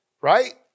right